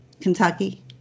Kentucky